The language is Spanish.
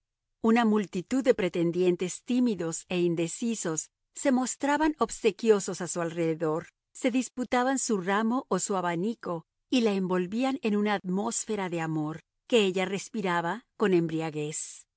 una multitud de pretendientes tímidos e indecisos se mostraban obsequiosos a su alrededor se disputaban su ramo o su abanico y la envolvían en una atmósfera de amor que ella respiraba con embriaguez